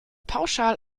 pauschal